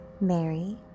Mary